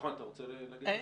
פרץ.